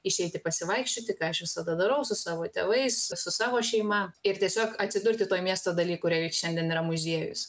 išeiti pasivaikščioti ką aš visada darau su savo tėvais su savo šeima ir tiesiog atsidurti toj miesto dalyj kurioj šiandien yra muziejus